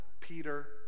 Peter